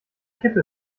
kippe